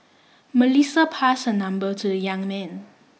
Melissa passed her number to the young man